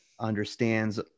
understands